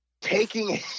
Taking